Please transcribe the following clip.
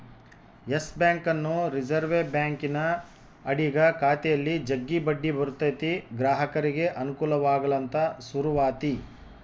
Yes ಬ್ಯಾಂಕನ್ನು reserve ಬ್ಯಾಂಕಿನ ಅಡಿಗ ಖಾತೆಯಲ್ಲಿ ಜಗ್ಗಿ ಬಡ್ಡಿ ಬರುತತೆ ಗ್ರಾಹಕರಿಗೆ ಅನುಕೂಲವಾಗಲಂತ ಶುರುವಾತಿ